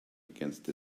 against